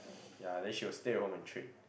ya then she will stay at home and trade